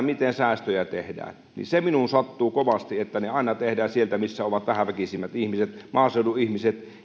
miten säästöjä tehdään niin se minuun sattuu kovasti että ne aina tehdään sieltä missä on vähäväkisimmät ihmiset maaseudun ihmiset